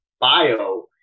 bio